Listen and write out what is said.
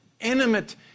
intimate